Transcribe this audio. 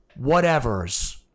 whatevers